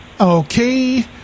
Okay